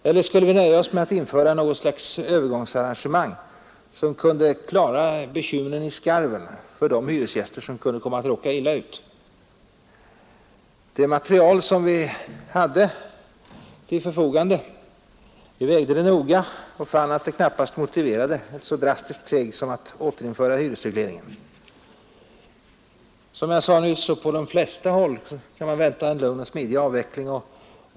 Eller skulle vi nöja oss med något slags övergångsarrangemang som kunde klara bekymren i skarven för de hyresgäster som kunde komma att råka illa ut? Vi vägde noga det material som vi hade till förfogande och fann att det knappast motiverade ett så drastiskt steg som att återinföra hyresregleringen. Som jag sade nyss kunde man på de flesta håll vänta en lugn och smidig avveckling.